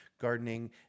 gardening